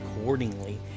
accordingly